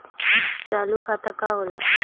चालू खाता का होला?